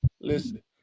listen